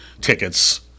tickets